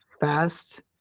fast